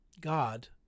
God